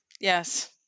yes